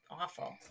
awful